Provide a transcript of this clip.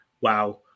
wow